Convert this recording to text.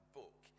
book